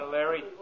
Larry